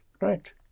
Right